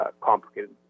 Complicated